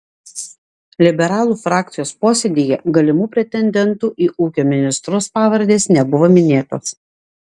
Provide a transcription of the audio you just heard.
liberalų frakcijos posėdyje galimų pretendentų į ūkio ministrus pavardės nebuvo minėtos